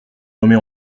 remet